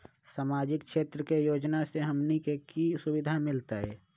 सामाजिक क्षेत्र के योजना से हमनी के की सुविधा मिलतै?